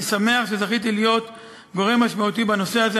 אני שמח שזכיתי להיות גורם משמעותי בנושא הזה,